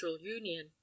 Union